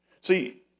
See